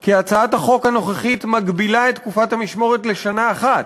כי הצעת החוק הנוכחית מגבילה את תקופת המשמורת לשנה אחת,